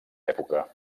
època